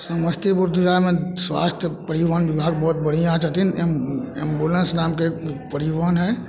समस्तीपुर जिलामे स्वास्थय परिवहन बिभाग बहुत बढ़िऑं छथिन एम एम्बुलेंस नामके परिबहन है